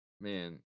Man